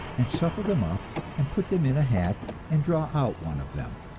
and shuffle them up and put them in a hat and draw out one of them.